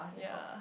yea